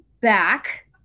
back